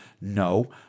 No